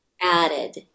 added